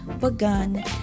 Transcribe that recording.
begun